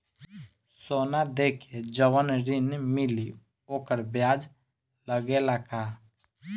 सोना देके जवन ऋण मिली वोकर ब्याज लगेला का?